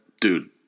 Dude